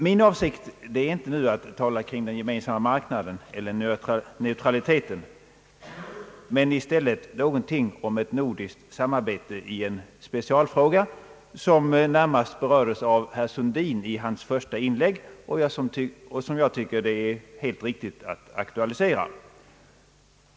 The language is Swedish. Min avsikt är inte nu att tala kring den gemensamma marknaden eller neutraliteten, utan i stället något om ett nordiskt samarbete i en specialfråga, som närmast berördes av herr Sundin i hans första inlägg och som jag tycker att det är helt riktigt att aktualisera.